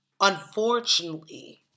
unfortunately